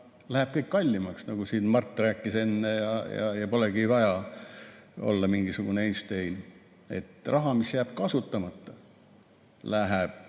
läheb kõik kallimaks, nagu siin Mart rääkis enne. Ja polegi vaja olla mingisugune Einstein. Raha, mis jääb kasutamata, läheb